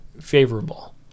favorable